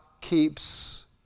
keeps